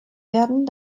werden